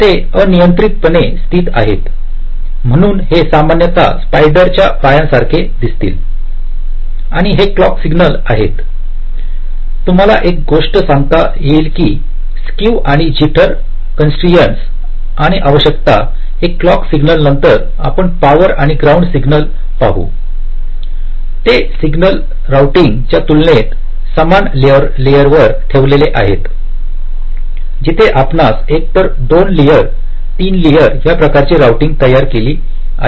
ते अनियंत्रितपणे स्थित आहेतम्हणून हे सामान्यत स्पायडर च्या पायांसारखे दिसतील आणि हे क्लॉक सिग्नल आहेततुम्हाला एक गोष्ट सांगता येईल की स्केव आणि जिटर कन्स्ट्रियनस आणि आवश्यकता हे क्लॉक सिग्नल नंतर आपण पॉवर आणि ग्राउंड सिग्नल पाहू ते सिग्नल रवटिंगच्या तुलनेत समान लेयरवर ठेवलेले आहेतजिथे आपणास एकतर 2 लेअर 3 लेअर या प्रकारचे रवटिंग तयार केले आहे